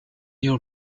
your